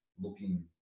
looking